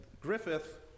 Griffith